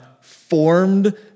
formed